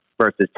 versus